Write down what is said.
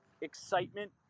excitement